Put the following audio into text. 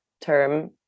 term